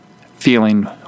feeling